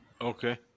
Okay